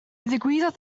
ddigwyddodd